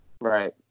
Right